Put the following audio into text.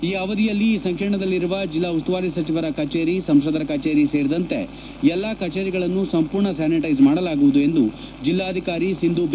ಈ ಅವಧಿಯಲ್ಲಿ ಈ ಸಂಕೀರ್ಣದಲ್ಲಿರುವ ಜೆಲ್ಲಾ ಉಸ್ತುವಾರಿ ಸಚಿವರ ಕಚೇರಿ ಸಂಸದರ ಕಚೇರಿ ಸೇರಿದಂತೆ ಎಲ್ಲ ಕಚೇರಿಗಳನ್ನು ಸಂಪೂರ್ಣ ಸ್ಥಾನಿಟೈಸ್ ಮಾಡಲಾಗುವುದು ಎಂದು ಜಿಲ್ಲಾಧಿಕಾರಿ ಸಿಂಧೂ ಬಿ